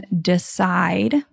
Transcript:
decide